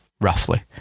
roughly